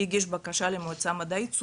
הגיש בקשה למועצה המדעית,